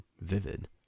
vivid